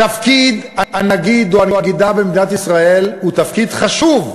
תפקיד הנגיד או הנגידה במדינת ישראל הוא תפקיד חשוב,